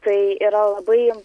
tai yra labai